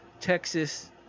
Texas